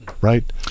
Right